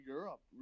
Europe